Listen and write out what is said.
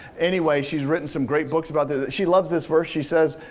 anyway, she's written some great books about this. she loves this verse. she says,